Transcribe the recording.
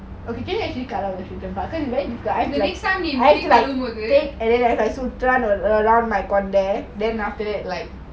the next time நீ முடி கழுவும் போது:nee mudi kaluvum bothu